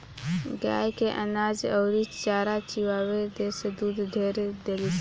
गाय के अनाज अउरी चारा खियावे से दूध ढेर देलीसन